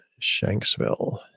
Shanksville